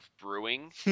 brewing